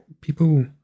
people